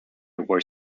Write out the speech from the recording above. were